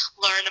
learn